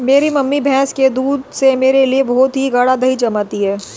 मेरी मम्मी भैंस के दूध से मेरे लिए बहुत ही गाड़ा दही जमाती है